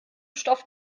stoff